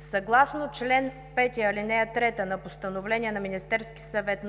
Съгласно чл. 5, ал. 3 на Постановление № 128 на Министерския съвет